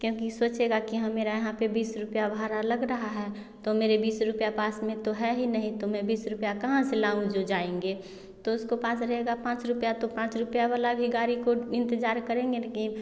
क्योंकि सोचेंगा की ह मेरा यहाँ पर बीस रुपया भाड़ा लग रहा हैं तो मेरे बीस रुपया पास मे तो है ही नहीं तो मै बीस रुपया कहाँ से लाऊँ जो जाएंगे तो उसको पास रहेगा पाँच रुपया तो पाँच रुपया वाला भी गाड़ी को इंतजार करेंगे